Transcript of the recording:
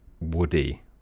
woody